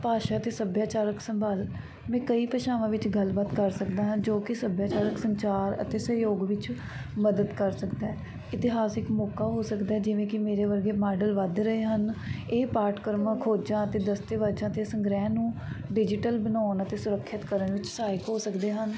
ਭਾਸ਼ਾ ਅਤੇ ਸੱਭਿਆਚਾਰਕ ਸੰਭਾਲ ਮੈਂ ਕਈ ਭਾਸ਼ਾਵਾਂ ਵਿੱਚ ਗੱਲਬਾਤ ਕਰ ਸਕਦਾ ਹਾਂ ਜੋ ਕਿ ਸੱਭਿਆਚਾਰਕ ਸੰਚਾਰ ਅਤੇ ਸਹਿਯੋਗ ਵਿੱਚ ਮਦਦ ਕਰ ਸਕਦਾ ਹੈ ਇਤਿਹਾਸਿਕ ਮੌਕਾ ਹੋ ਸਕਦਾ ਹੈ ਜਿਵੇਂ ਕਿ ਮੇਰੇ ਵਰਗੇ ਮਾਡਲ ਵੱਧ ਰਹੇ ਹਨ ਇਹ ਪਾਠ ਕ੍ਰਮਾ ਖੋਜਾਂ ਅਤੇ ਦਸਤੇ ਵਾਜਾਂ ਅਤੇ ਸੰਗ੍ਰਹਿ ਨੂੰ ਡਿਜੀਟਲ ਬਣਾਉਣ ਅਤੇ ਸੁਰੱਖਿਅਤ ਕਰਨ ਵਿੱਚ ਸਹਾਇਕ ਹੋ ਸਕਦੇ ਹਨ